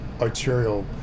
arterial